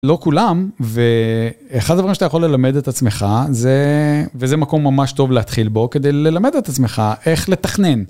לא כולם, ואחד הדברים שאתה יכול ללמד את עצמך, וזה מקום ממש טוב להתחיל בו כדי ללמד את עצמך איך לתכנן.